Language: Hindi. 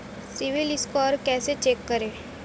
सिबिल स्कोर कैसे चेक करें?